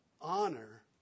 Honor